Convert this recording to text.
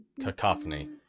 cacophony